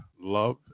love